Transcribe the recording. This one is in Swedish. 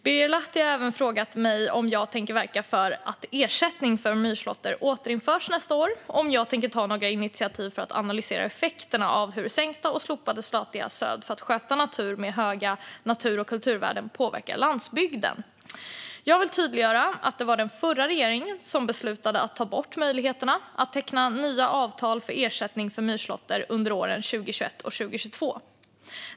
Birger Lahti har även frågat mig om jag tänker verka för att ersättning för myrslåtter återinförs nästa år och om jag tänker ta några initiativ för att analysera effekterna av hur sänkta och slopade statliga stöd för att sköta natur med höga natur och kulturvärden påverkar landsbygden. Jag vill göra tydligt att det var den förra regeringen som beslutade att ta bort möjligheterna att teckna nya avtal för ersättning för myrslåtter under åren 2021 och 2022.